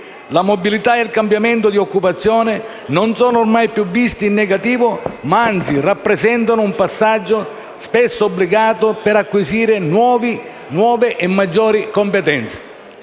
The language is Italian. La mobilità e il cambiamento di occupazione non sono ormai più visti in negativo, ma, anzi, rappresentano un passaggio spesso obbligato per acquisire nuove e maggiori competenze.